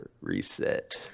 reset